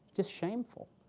just shameful.